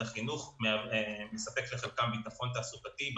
החינוך מספק לחלקן ביטחון תעסוקתי.